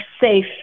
safe